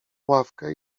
ławkę